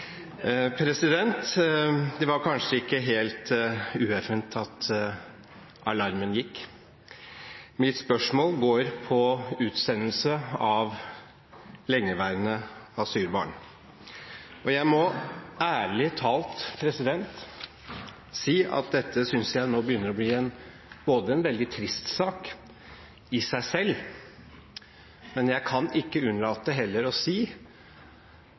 Det var kanskje ikke helt ueffent at alarmen gikk. Mitt spørsmål gjelder utsendelse av lengeværende asylbarn. Jeg må ærlig talt si at dette synes jeg nå begynner å bli en veldig trist sak i seg selv, men jeg kan heller ikke unnlate å si at jeg synes det begynner å